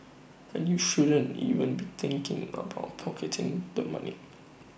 and you shouldn't even be thinking about pocketing the money